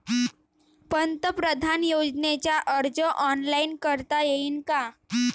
पंतप्रधान योजनेचा अर्ज ऑनलाईन करता येईन का?